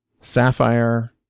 sapphire